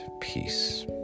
peace